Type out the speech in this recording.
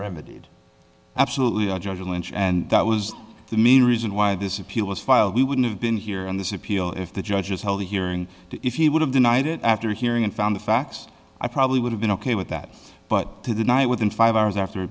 remedied absolutely a judge will lynch and that was the main reason why this appeal was filed we wouldn't have been here on this appeal if the judges held a hearing if he would have denied it after hearing and found the facts i probably would have been ok with that but to deny within five hours after